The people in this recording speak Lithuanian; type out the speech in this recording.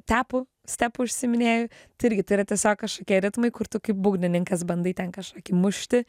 tepu stepu užsiiminėju tai irgi tai yra tiesiog kažkokie ritmai kur tu kaip būgnininkas bandai ten kažkokį mušti